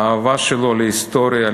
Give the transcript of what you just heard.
האהבה שלו להיסטוריה,